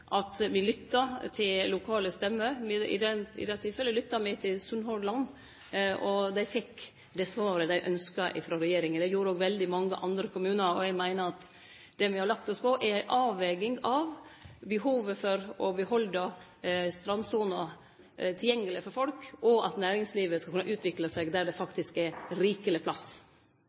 at me lyttar til lokale stemmer – i dette tilfellet lyttar me til Sunnhordland. Dei fekk det svaret dei ynskte seg frå regjeringa. Det gjorde òg veldig mange andre kommunar. Eg meiner at den lina me har lagt oss på, er ei avveging av behovet for å behalde strandsona tilgjengeleg for folk, og at næringslivet skal kunne utvikle seg der det faktisk er rikeleg plass.